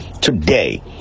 Today